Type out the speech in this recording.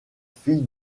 fille